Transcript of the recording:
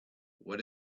what